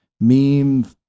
meme